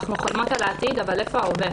אנחנו חולמות על העתיד, אבל איפה ההווה?